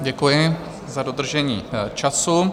Děkuji za dodržení času.